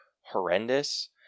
horrendous